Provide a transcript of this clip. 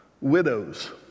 widows